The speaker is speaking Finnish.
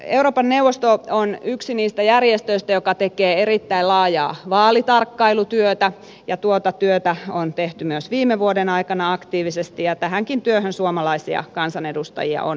euroopan neuvosto on yksi niistä järjestöistä jotka tekevät erittäin laajaa vaalitarkkailutyötä ja tuota työtä on tehty myös viime vuoden aikana aktiivisesti ja tähänkin työhön suomalaisia kansanedustajia on osallistunut